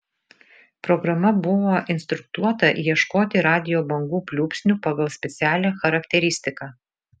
programa buvo instruktuota ieškoti radijo bangų pliūpsnių pagal specialią charakteristiką